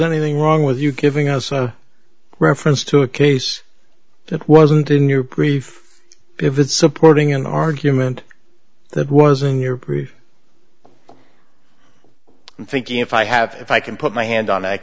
anything wrong with you giving us a reference to a case that wasn't in your brief if it's supporting an argument that was in your proof i'm thinking if i have if i can put my hand on